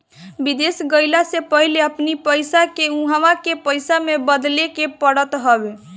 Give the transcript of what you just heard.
विदेश गईला से पहिले अपनी पईसा के उहवा के पईसा में बदले के पड़त बाटे